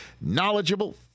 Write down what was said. knowledgeable